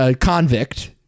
convict